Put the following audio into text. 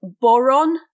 boron